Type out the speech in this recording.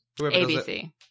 ABC